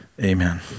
Amen